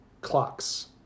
clocks